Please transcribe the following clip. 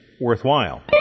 worthwhile